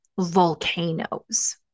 volcanoes